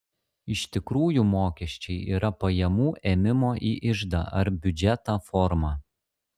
iš tikrųjų mokesčiai yra pajamų ėmimo į iždą ar biudžetą forma